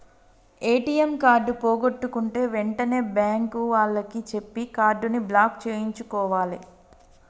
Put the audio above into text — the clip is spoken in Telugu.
ఏ.టి.యం కార్డు పోగొట్టుకుంటే వెంటనే బ్యేంకు వాళ్లకి చెప్పి కార్డుని బ్లాక్ చేయించుకోవాలే